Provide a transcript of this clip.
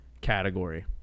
category